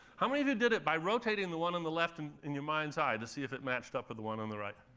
how many of you did it by rotating the one on the left and in your mind's eye, to see if it matched up with the one on the right?